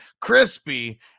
Crispy